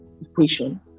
equation